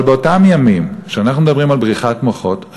אבל באותם ימים שאנחנו מדברים על בריחת מוחות,